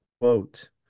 Quote